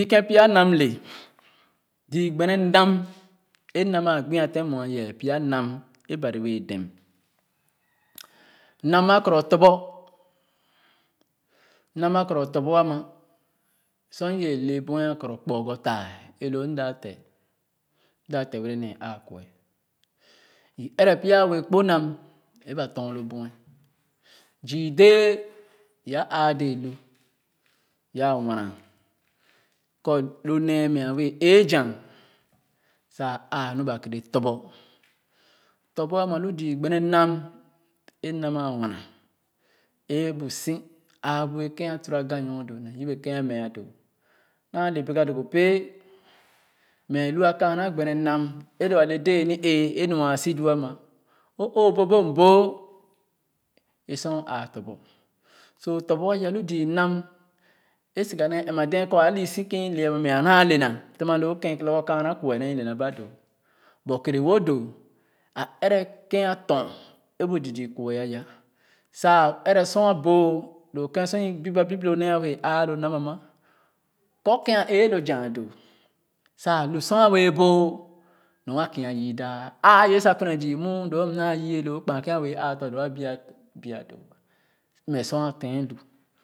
O kèn pya nam le zii gbene nam é mna maa gbia tèn muɛ ye pya nam é Bari wɛɛ dem nam a kɔrɔ tõp-bo nam a kɔru tõp-bo a ma sor i ye le buɛ a karu Kporgor Tai é lo m da te m da te wɛrɛ ne ããkuɛ i ɛrɛ pya a wɛɛ kpo nam é ba tɔr lo buɛ zii dɛɛ ya ãã dee lu waa wena kɔ lo nee mɛ a wɛɛ é zan sa ãã nu bee kɛɛrɛ top-bo tõp-bo a ma lu zii gbene nam é mna maa wena é bu si ãã nyɔɔ kèn a tura ga ɔɔ doo ne yebe kèn a meah doo naa le begah doo péé mɛ é lua kaana gbene nam é lo ale dɛɛ ni-ee é nu ãã si dum Oo boobor-m boo a sor o ãã top-bo so topbo a ya lu zii nam é siga nee ɛn-ma dɛɛ kɔ awu si kèn i le ama mɛa naavle na tema loo kèn lorgor kue naa i le na ba doo but kɛɛre wa doo a ɛrɛ kèn a tɔn é bu zii zii kue ayah saa ɛrɛ sor a boo doo kue ayah saa ɛrɛ sor a boo doo kèn sor i bip é bip lo nee a wɛɛ ãã lo nam ama kɔ kèn a é lo zan doo sa lu sor wɛɛ boo nu ah kia yii daah ãã ye sa kwene-zii muu doo m naa ye loo kpaa kén wɛɛ ãã tɔn doo a bia doo mmɛ sor a tén lu.